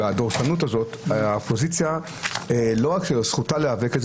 בדורסנות הזאת לא רק שזו זכותה של האופוזיציה להיאבק על זה,